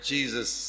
Jesus